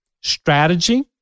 strategy